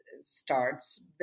starts